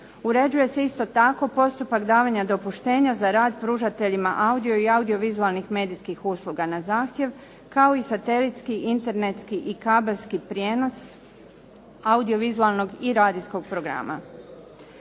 Uređuje isto tako postupak davanja dopuštenja za rad pružateljima audio i audio-vizualnih medijskih usluga na zahtjev kao i satelitski, internetski i kabelski prijenos audio-vizualnog i radijskog programa.